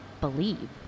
believe